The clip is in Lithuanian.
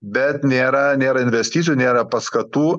bet nėra nėra investicijų nėra paskatų